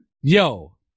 Yo